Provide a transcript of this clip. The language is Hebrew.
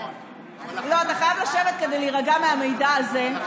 אתה חייב לשבת כדי להירגע מהמידע הזה.